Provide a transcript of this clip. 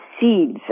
seeds